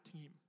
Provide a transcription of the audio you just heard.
team